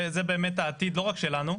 זה באמת העתיד לא רק שלנו,